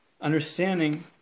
understanding